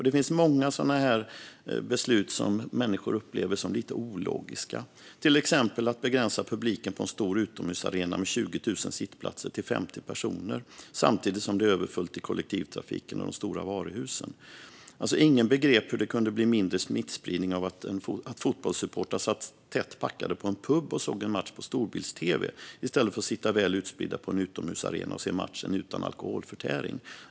Det finns många sådana här beslut som människor upplever som lite ologiska, till exempel beslutet att begränsa publiken på en stor utomhusarena med 20 000 sittplatser till 50 personer samtidigt som det är överfullt i kollektivtrafiken och de stora varuhusen. Ingen begrep hur det kunde bli mindre smittspridning av att fotbollssupportrar satt tätt packade på en pub och såg en match på storbilds-tv i stället för att sitta väl utspridda i en utomhusarena och se matchen utan alkoholförtäring.